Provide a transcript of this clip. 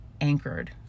anchored